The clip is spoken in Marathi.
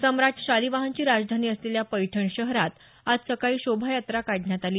सम्राट शालिवाहनाची राजधानी असलेल्या पैठण शहरात आज सकाळी शोभायात्रा काढण्यात आली